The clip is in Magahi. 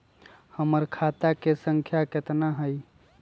हमर खाता के सांख्या कतना हई?